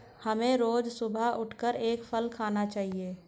हमें रोज सुबह उठकर एक फल खाना चाहिए